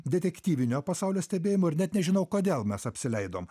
detektyvinio pasaulio stebėjimu ir net nežinau kodėl mes apsileidom